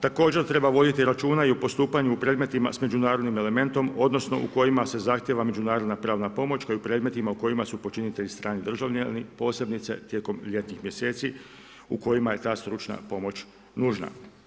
Također treba voditi računa i u postupanju u predmetima s međunarodnim elementom, odnosno u kojima se zahtjeva međunarodna pravna pomoć, kao i u predmetima u kojima su počinitelji strani državljani, posebice tijekom ljetnih mjeseci u kojima je ta stručna pomoć nužna.